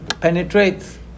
penetrates